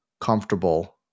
comfortable